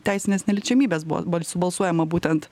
teisinės neliečiamybės buvo bals balsuojama būtent